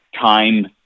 time